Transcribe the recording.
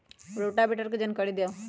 Rotavator के जानकारी दिआउ?